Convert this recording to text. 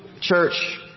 Church